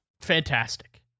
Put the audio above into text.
Fantastic